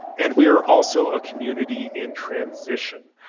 and we're also a community in transition.